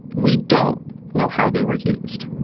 we don't know how they were used.